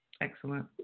Excellent